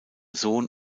sohn